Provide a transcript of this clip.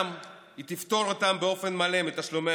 והיא תפטור אותם גם באופן מלא מתשלומי